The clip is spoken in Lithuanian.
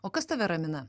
o kas tave ramina